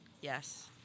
Yes